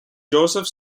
joseph